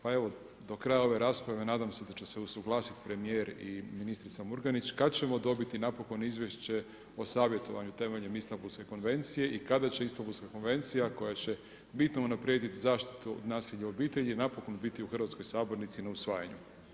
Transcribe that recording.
Pa evo do kraja ove rasprave nadam se da će se usuglasiti premijer i ministrica Murganić kad ćemo dobiti napokon izvješće o savjetovanju temeljem Istambulske konvencije i kada će Istambulska konvencija koja će bitno unaprijediti zaštitu od nasilja u obitelji napokon biti u hrvatskoj sabornici na usvajanju.